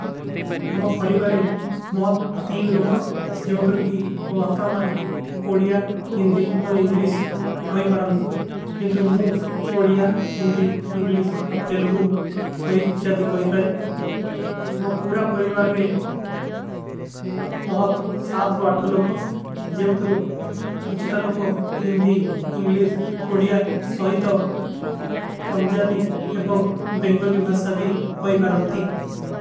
ହମା ପରିଵାରେ ମହତ ତୀନ ଲୋକୋଂ ଜାଊତରୋଂ କି ମଁଵାପା। ମା ଓଡିଯା ହିଂଦୀ ଔର ଇଂଗଲିସ୍ଵ କୋଈ ପାରଂ ଜୀ ଉନ୍ହୋଂତେ। ମୁ ଓଡିଯା ହିଂଦୀ ଇଂଗ୍ଲିସ୍ଵ ଔର ତେଲଗୂ କୋଈ ଇତ୍ଯାଧୀ। କୋଈ ପାରେ ହମା ପୂରା ପରିଵାର ହୈ ମହତ ସାତ୍ର ଵାଠ ଲୋକୋ। ଜେଵତରୁ କିଛଟା ଲୋକୋ ହିଂଦୀ ଇଂଗ୍ଲୀଜ କୋଡିଯା ସହୀତୋ। ପଂଜାବୀ ଏବଂଗ ବେଂଗୋଲୀ ଭାସା ଭୀ କୋଈ ପରଂତୀ।